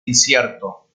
incierto